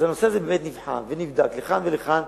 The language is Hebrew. אז הנושא הזה באמת נבחן ונבדק לכאן ולכאן,